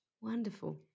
Wonderful